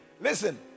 listen